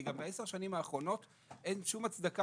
כי גם בעשר השנים האחרונות אין שום הצדקה